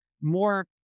more